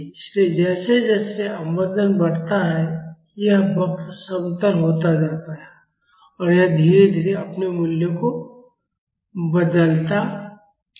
इसलिए जैसे जैसे अवमंदन बढ़ता है यह वक्र समतल होता जाता है और यह धीरे धीरे अपने मूल्यों को बदलता है